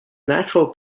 natural